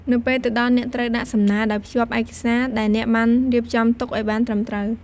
នៅពេលទៅដល់ អ្នកត្រូវដាក់សំណើដោយភ្ជាប់ឯកសារ ដែលអ្នកបានរៀបចំទុកឲ្យបានត្រឹមត្រូវ។